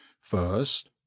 first